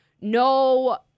No